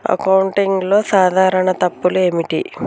అకౌంటింగ్లో సాధారణ తప్పులు ఏమిటి?